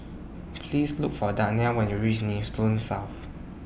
Please Look For Dayna when YOU REACH Nee Soon South